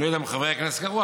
אני לא יודע אם חברי הכנסת קראו,